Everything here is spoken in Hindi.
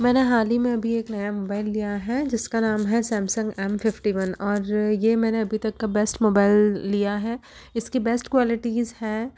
मैंने हाल ही में अभी एक नया मोबाइल लिया है जिसका नाम है सैमसंग एम फिफ्टी वन और ये मैंने अभी तक का बेस्ट मोबाइल लिया है इसकी बेस्ट क्वालिटीज़ हैं